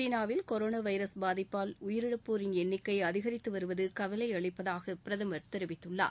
சீனாவில் corona virus பாதிப்பால் உயிரிழப்போரின் எண்ணிக்கை அதிகரித்து வருவது கவலை அளிப்பதாக பிரதமர் தொவித்துள்ளார்